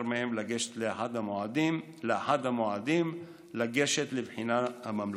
מהם לגשת לאחד המועדים לגשת לבחינה הממלכתית.